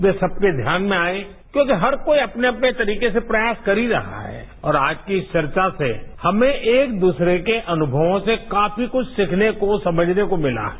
वे सबके ध्यान में आए क्योंकि हर कोई अपने अपने तरीके से प्रयास कर ही रहा है और आज की इस चर्चा से हमें एक दूसरे के अनुमवों से काफी कुछ सीखने समझने को मिला है